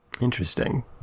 Interesting